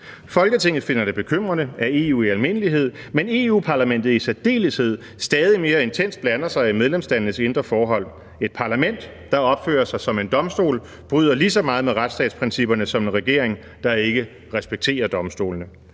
Folketinget finder det bekymrende, at EU i almindelighed, men Europa-Parlamentet i særdeleshed, stadig mere intenst blander sig i medlemslandenes indre forhold. Et parlament, der opfører sig som en domstol, bryder lige så meget med retsstatsprincipperne som en regering, der ikke respekterer domstolene.«